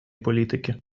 політики